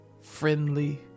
friendly